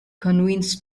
convenes